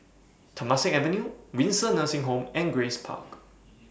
Temasek Avenue Windsor Nursing Home and Grace Park